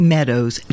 Meadows